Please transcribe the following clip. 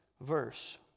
verse